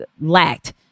lacked